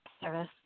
service